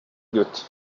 good